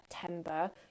September